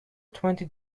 twenty